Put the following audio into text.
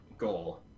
goal